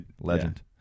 legend